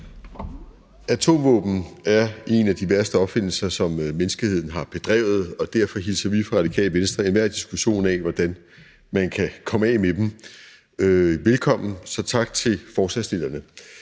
Atomvåben er en af de værste opfindelser, som menneskeheden har bedrevet, og derfor hilser vi fra Radikale Venstres side enhver diskussion af, hvordan man kan komme af med dem, velkommen, så tak til forslagsstillerne.